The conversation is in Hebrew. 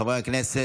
חברי הכנסת,